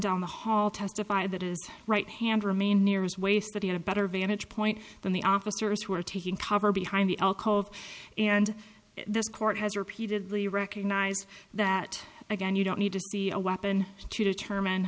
down the hall testified that is right hand remain near his waist that he had a better vantage point than the officers who are taking cover behind the alcove and this court has repeatedly recognized that again you don't need to see a weapon to determine